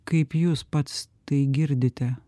kaip jūs pats tai girdite